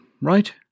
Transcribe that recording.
right